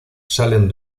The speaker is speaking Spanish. salen